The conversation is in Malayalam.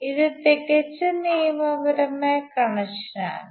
ഇത് തികച്ചും നിയമപരമായ കണക്ഷനാണ്